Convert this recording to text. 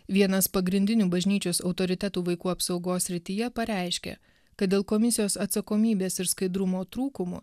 vienas pagrindinių bažnyčios autoritetų vaikų apsaugos srityje pareiškė kad dėl komisijos atsakomybės ir skaidrumo trūkumų